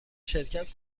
شرکت